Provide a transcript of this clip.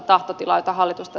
herra puhemies